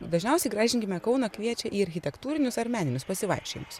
dažniausiai gražinkime kauną kviečia į architektūrinius ar meninius pasivaikščiojimus